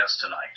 tonight